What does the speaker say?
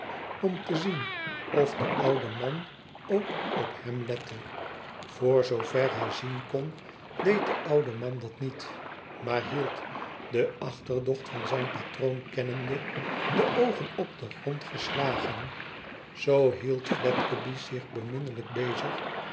om te zien of de oude man ook op hem lette voor zoover hij zien kon deed de oude man dat niet maar hield de achterdocht van zijn patroon kennende de oogen op den grond geslagen zoo hield fledgeby zich beminnelijk bezig